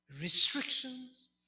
restrictions